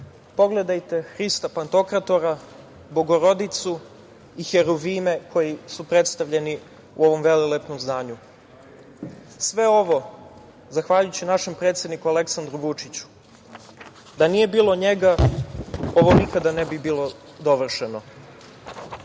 Pogledajte Hrista Pantokratora, Bogorodicu i heruvime koji su predstavljeni u ovom velelepnom izdanju. Sve ovo je zahvaljujući našem predsedniku Aleksandru Vučiću. Da nije bilo njega, ovo nikada ne bi bilo dovršeno. Takođe,